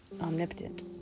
Omnipotent